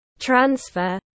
Transfer